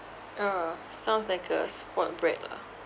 ah sounds like a spoilt brat lah